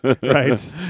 Right